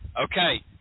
Okay